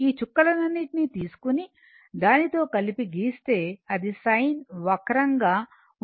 ఈ చుక్కలన్నిటిని తీసుకొని దానితో కలిపి గీస్తే అది సైన్ వక్రంగా ఉంటుంది